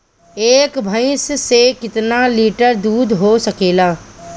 एक भइस से कितना लिटर दूध हो सकेला?